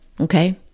Okay